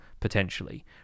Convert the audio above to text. potentially